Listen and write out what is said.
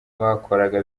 bakoraga